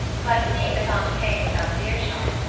but, seeing that aunt kate was out of earshot,